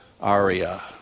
aria